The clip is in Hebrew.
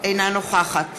אינה נוכחת